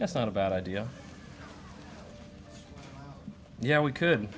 that's not a bad idea yeah we could